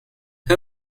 who